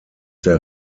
der